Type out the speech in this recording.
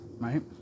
right